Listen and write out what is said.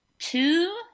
two